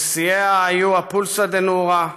ששיאיה היו הפולסא דנורא,